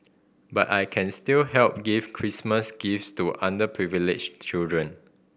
but I can still help give Christmas gifts to underprivileged children